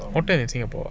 hotter than singapore ah